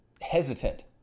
hesitant